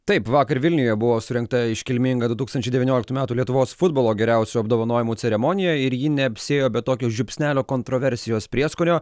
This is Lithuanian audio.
taip vakar vilniuje buvo surengta iškilminga du tūkstančiai devynoliktų metų lietuvos futbolo geriausiųjų apdovanojimų ceremonija ir ji neapsiėjo be tokio žiupsnelio kontroversijos prieskonio